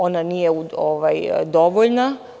Ona nije dovoljna.